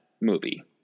movie